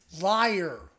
liar